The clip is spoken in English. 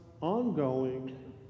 ongoing